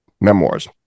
memoirs